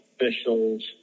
officials